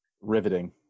Riveting